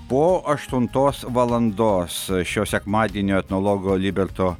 po aštuntos valandos šio sekmadienio etnologo liberto